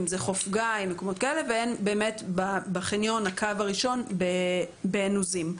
אם זה חוף גיא ומקומות כאלה והן בחניון הקו הראשון בעין עוזים.